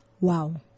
Wow